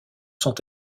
sont